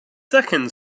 second